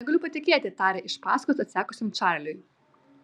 negaliu patikėti tarė iš paskos atsekusiam čarliui